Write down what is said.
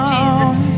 Jesus